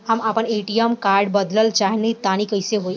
हम आपन ATM card बदलल चाह तनि कइसे होई?